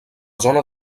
zona